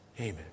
Amen